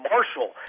Marshall